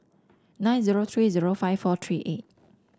nine zero three zero five four three eight